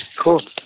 Cool